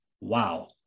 wow